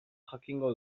jakingo